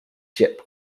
jip